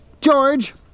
George